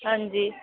हांजी